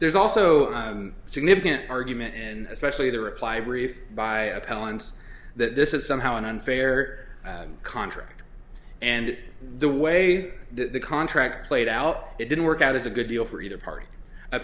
there's also significant argument and especially the reply brief by appellants that this is somehow an unfair contract and the way the contract played out it didn't work out as a good deal for either party a